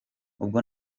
ubwo